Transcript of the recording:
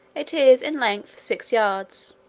it is in length six yards,